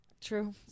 true